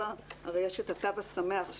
הרי יש את התו השמח,